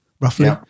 roughly